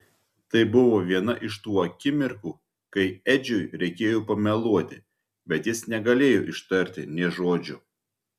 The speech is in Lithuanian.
tai buvo viena iš tų akimirkų kai edžiui reikėjo pameluoti bet jis negalėjo ištarti nė žodžio